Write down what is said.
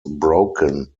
broken